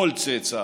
כל צאצאיו.